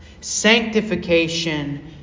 sanctification